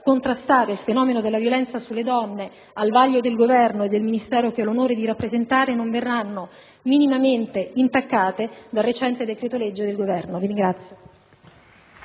contrastare il fenomeno della violenza sulle donne, al vaglio del Governo e del Ministero che ho l'onore di rappresentare, non verranno minimamente intaccate dal recente decreto-legge del Governo. *(Applausi